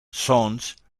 sons